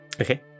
Okay